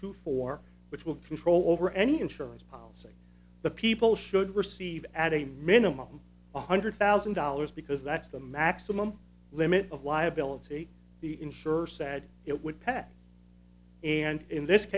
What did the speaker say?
two four which will control over any insurance policy but people should receive at a minimum one hundred thousand dollars because that's the maximum limit of liability the insurer said it would pass and in this